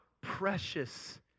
precious